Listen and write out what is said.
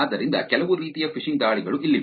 ಆದ್ದರಿಂದ ಕೆಲವು ರೀತಿಯ ಫಿಶಿಂಗ್ ದಾಳಿಗಳು ಇಲ್ಲಿವೆ